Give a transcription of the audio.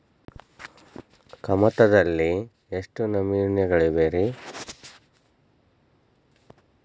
ಕಮತದಲ್ಲಿ ಎಷ್ಟು ನಮೂನೆಗಳಿವೆ ರಿ?